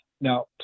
now